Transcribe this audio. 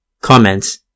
Comments